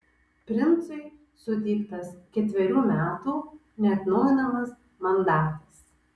princui suteiktas ketverių metų neatnaujinamas mandatas